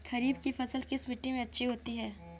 खरीफ की फसल किस मिट्टी में अच्छी होती है?